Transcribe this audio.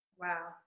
Wow